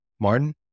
Martin